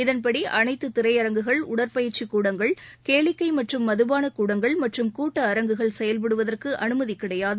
இதன்படி அனைத்து திரையரங்குகள் உடற்பயிற்சிக் கூடங்கள் கேளிக்கை மற்றும் மதுபானக் கூடங்கள் மற்றும் கூட்ட அரங்குகள் செயல்படுவதற்கு அனுமதி கிடையாது